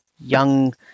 young